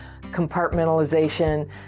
compartmentalization